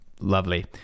lovely